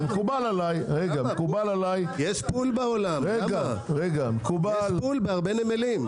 מקובל עליי- -- יש פול בעולם, בהרבה נמלים.